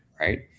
right